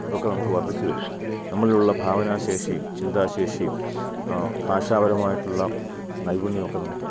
ഇതൊക്കെ നമുക്ക് വർധിച്ചുവരും നമ്മളിലുള്ള ഭാവനാശേഷിയും ചിന്താശേഷിയും ഭാഷാപരമായിട്ടുള്ള നൈപുണ്യവുമൊക്കെ നമുക്ക്